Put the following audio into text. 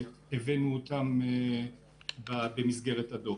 והבאנו אותם במסגרת הדוח.